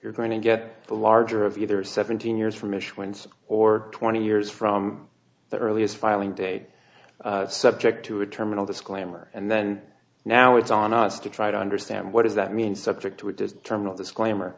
you're going to get the larger of either seventeen years from issuance or twenty years from the earliest filing date subject to a terminal disclaimer and then now it's on us to try to understand what does that mean subject to a terminal disclaimer